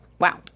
Wow